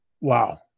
Wow